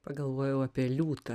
pagalvojau apie liūtą